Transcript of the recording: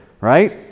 right